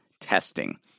testing